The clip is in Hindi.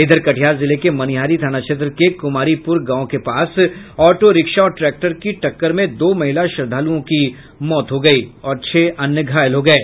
इधर कटिहार जिले के मनिहारी थाना क्षेत्र के कुमारीपुर गांव के पास ऑटो रिक्शा और ट्रैक्टर की टक्कर में दो महिला श्रद्दालुओं की मौत हो गयी और छह अन्य घायल हो गये